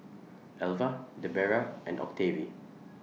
Elva Debera and Octavie